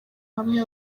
hamwe